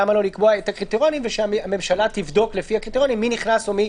למה לקבוע את הקריטריונים ושהממשלה תבדוק לפי הקריטריונים מי נכנס ומי